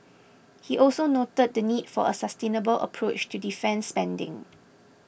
he also noted the need for a sustainable approach to defence spending